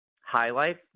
highlight